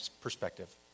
perspective